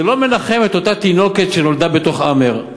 זה לא מנחם את אותה תינוקת שנולדה בתוך "האמר",